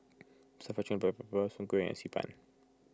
Stir Fry Chicken Black Pepper Soon Kueh and Xi Ban